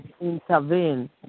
intervene